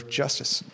justice